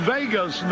Vegas